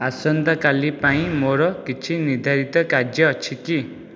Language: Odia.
ଆସନ୍ତାକାଲି ପାଇଁ ମୋର କିଛି ନିର୍ଦ୍ଧାରିତ କାର୍ଯ୍ୟ ଅଛି କି